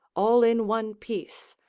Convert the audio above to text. all in one piece,